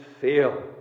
fail